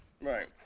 right